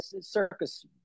circus